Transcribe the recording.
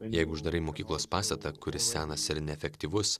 jeigu uždarai mokyklos pastatą kuris senas ir neefektyvus